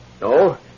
No